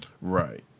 Right